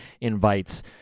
invites